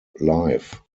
live